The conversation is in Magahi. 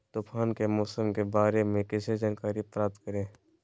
तूफान के मौसम के बारे में कैसे जानकारी प्राप्त करें?